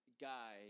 guy